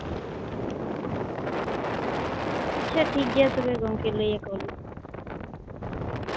ᱟᱪᱪᱷᱟ ᱴᱷᱤᱠᱜᱮᱭᱟ ᱛᱚᱵᱮ ᱜᱚᱝᱠᱮ ᱞᱟᱹᱭᱟᱠᱚᱣᱟᱞᱤᱧ